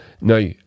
Now